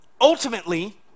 ultimately